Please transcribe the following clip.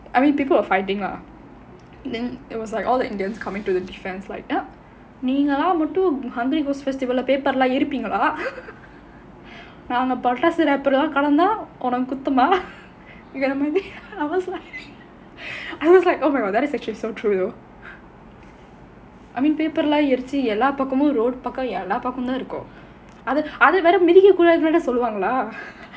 I mean people are fighting lah then it was like all the indians coming to the defence like நீங்கல்லாம் மட்டும்:neengalaam mattum hungry ghost festival paper லாம் எரிப்பீங்களா நாங்க பட்டாசு:laam eripeengala naanga pattaasu wrapper கலந்தா குத்தமா:kalanthaa kuthamaa I was like I was like oh my god that is actually so true I mean paper லாம் எரிச்சு எல்லா பக்கமும்:laam erichu ellaa pakkamum road டு பக்கமும் எல்லா பக்கம் தான் இருக்கும் அத வேற மிதிக்க கூடாதுனு வேற சொல்வாங்களா:du pakkamum thaan irukkum adha vera mithikka koodaathunu vera solvaangalaa